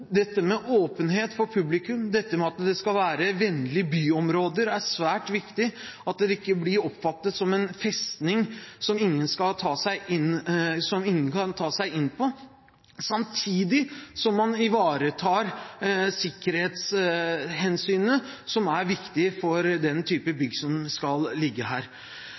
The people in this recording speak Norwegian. Dette med åpenhet for publikum, dette med at det skal være vennlige byområder, er svært viktig – at det ikke blir oppfattet som en festning som ingen kan ta seg inn i – samtidig som man ivaretar sikkerhetshensynene som er viktig for den typen bygg som skal ligge her.